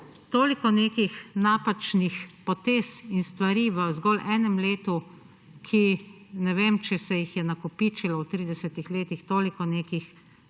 toliko nekih napačnih potez in stvari v zgolj enem letu, za katere ne vem, če se jih je nakopičilo v 30-ih letih toliko nekih